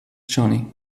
johnny